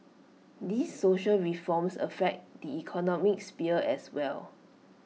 these social reforms affect the economic sphere as well